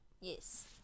Yes